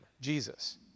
Jesus